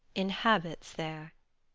inhabits there.